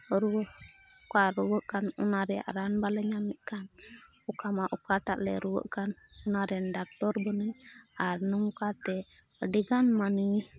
ᱨᱩᱣᱟᱹ ᱚᱠᱟ ᱨᱩᱣᱟᱹ ᱠᱟᱱ ᱚᱱᱟ ᱨᱮᱭᱟᱜ ᱨᱟᱱ ᱵᱟᱞᱮ ᱧᱟᱢᱮᱜ ᱠᱟᱱ ᱚᱠᱟ ᱢᱟ ᱚᱠᱟᱴᱟᱜ ᱞᱮ ᱨᱩᱣᱟᱹᱜ ᱠᱟᱱ ᱚᱱᱟ ᱨᱮᱱ ᱰᱟᱠᱛᱚᱨ ᱵᱟᱹᱱᱩᱭ ᱟᱨ ᱱᱚᱝᱠᱟᱛᱮ ᱟᱹᱰᱤᱜᱟᱱ ᱢᱟᱹᱱᱢᱤ